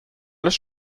als